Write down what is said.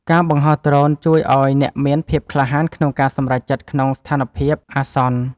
ការបង្ហោះដ្រូនជួយឱ្យអ្នកមានភាពក្លាហានក្នុងការសម្រេចចិត្តក្នុងស្ថានភាពអាសន្ន។